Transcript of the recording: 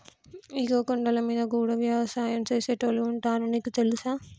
ఇగో కొండలమీద గూడా యవసాయం సేసేటోళ్లు ఉంటారు నీకు తెలుసా